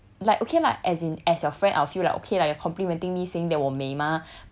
like okay lah as in as your friend I'll feel like okay lah you're complementing me saying that 我美 mah